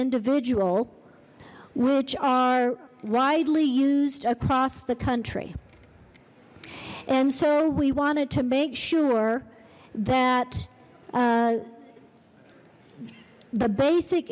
individual which are widely used across the country and so we wanted to make sure that the basic